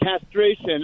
castration